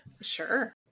sure